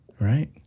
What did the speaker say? Right